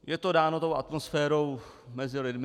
Je to dáno tou atmosférou mezi lidmi.